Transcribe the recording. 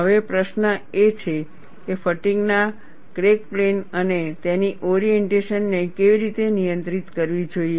હવે પ્રશ્ન એ છે કે ફટીગ ના ક્રેક પ્લેન અને તેની ઓરીએન્ટેશન ને કેવી રીતે નિયંત્રિત કરવી જોઈએ